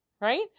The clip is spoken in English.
Right